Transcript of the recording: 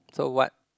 so what